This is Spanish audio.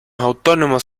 autónomos